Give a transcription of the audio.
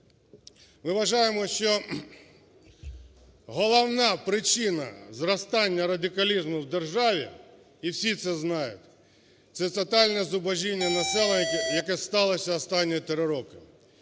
Ми вважаємо, що головна причина зростання радикалізму в державі, і всі це знають, – це тотальне зубожіння населення, яке сталося останні три роки.